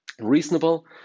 reasonable